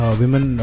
women